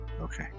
Okay